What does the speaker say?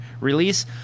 release